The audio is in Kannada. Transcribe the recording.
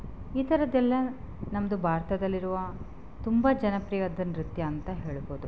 ಈ ಥರದ್ದೆಲ್ಲ ನಮ್ಮದು ಭಾರತದಲ್ಲಿರುವ ತುಂಬ ಜನಪ್ರಿಯವಾದ ನೃತ್ಯ ಅಂತ ಹೇಳ್ಬೋದು